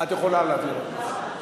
אני גם יכולה להגיד עוד משהו?